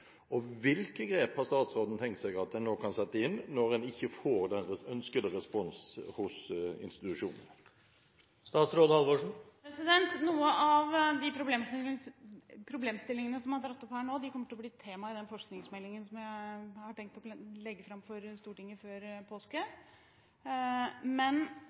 Hvilke grep har statsråden tenkt at man nå kan sette inn når man ikke får den ønskede respons hos institusjonene? Noen av de problemstillingene som er trukket fram her nå, kommer til å bli tema i den forskningsmeldingen som jeg har tenkt å legge fram for Stortinget før påske.